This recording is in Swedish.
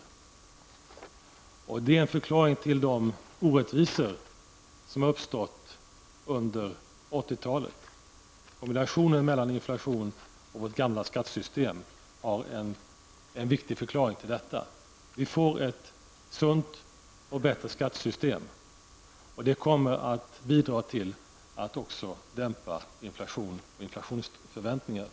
Skattesystemet är förklaringen till de orättvisor som har uppstått under 80-talet. Kombinationen av inflation och vårt gamla skattesystem är en viktig förklaring till rådande orättvisor. Vi får nu ett sunt och bättre skattesystem, som också kommer att bidra till att dämpa inflationen och inflationsförväntningarna.